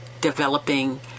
developing